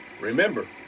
Remember